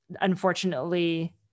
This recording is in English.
unfortunately